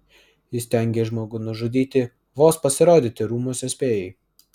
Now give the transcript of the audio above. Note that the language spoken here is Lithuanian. įstengei žmogų nužudyti vos pasirodyti rūmuose spėjai